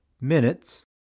minutes